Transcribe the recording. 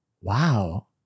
wow